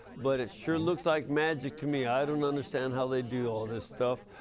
but sure looks like magic to me. i don't understand how they do all this stuff!